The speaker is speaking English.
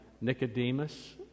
Nicodemus